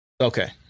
Okay